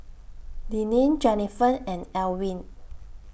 Deneen Jennifer and Elwin